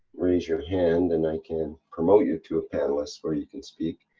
raise your hand, and i can promote you to a panelist, where you can speak.